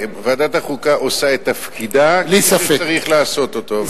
ועדת החוקה עושה את תפקידה כפי שצריך לעשות אותו.